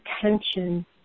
attention